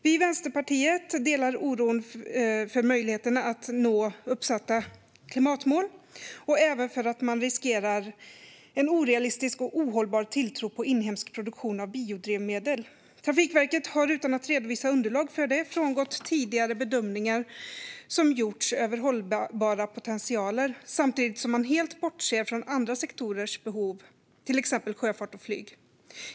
Vi i Vänsterpartiet delar oron när det gäller möjligheten att nå uppsatta klimatmål och känner även oro för att man riskerar detta genom en orealistisk och ohållbar tilltro på inhemsk produktion av biodrivmedel. Trafikverket har utan att redovisa underlag för det frångått tidigare bedömningar som gjorts över hållbara potentialer samtidigt som man helt bortser från andra sektorers behov, till exempel sjöfart och flyg.